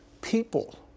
people